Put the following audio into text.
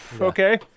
Okay